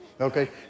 okay